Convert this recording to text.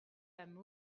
lamour